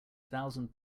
thousand